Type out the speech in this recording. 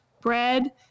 bread